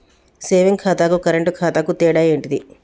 Saving ఖాతాకు current ఖాతాకు తేడా ఏంటిది?